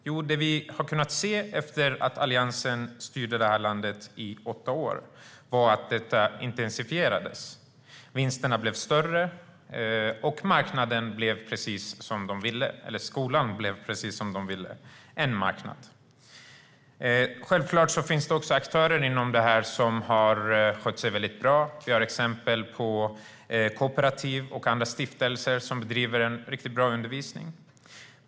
Jo, det vi har kunnat se efter att Alliansen styrt det här landet i åtta år var att detta intensifierades. Vinsterna blev större, och skolan blev en marknad, precis som de ville. Självklart finns det också aktörer som har skött sig bra. Det finns exempel på kooperativ och andra stiftelser som bedriver en riktigt bra undervisning.